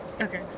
Okay